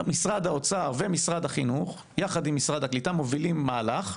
משרד האוצר יחד עם משרד החינוך ומשרד הקליטה מובילים מהלך,